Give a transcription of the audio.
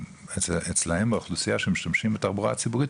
אצלם באוכלוסייה שמשתמשים בתחבורה הציבורית,